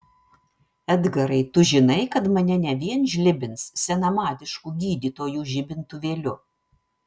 edgarai tu žinai kad mane ne vien žlibins senamadišku gydytojų žibintuvėliu